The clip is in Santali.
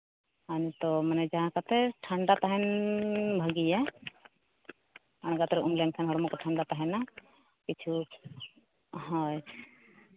ᱟᱨ ᱱᱤᱛᱳᱜ ᱢᱟᱱᱮ ᱡᱟᱦᱟᱸ ᱠᱟᱛᱮ ᱴᱷᱟᱱᱰᱟ ᱛᱟᱦᱮᱱ ᱵᱷᱟᱹᱜᱤᱭᱟ ᱟᱬᱜᱟᱛ ᱨᱮ ᱩᱢ ᱞᱮᱱᱠᱷᱟᱱ ᱦᱚᱲᱢᱚ ᱠᱚ ᱴᱷᱟᱱᱰᱟ ᱛᱟᱦᱮᱱᱟ ᱠᱤᱪᱷᱩ ᱦᱳᱭ